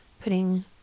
putting